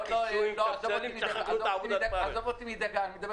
את --- עזוב אותי מדגה אני מדבר